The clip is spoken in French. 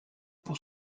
pour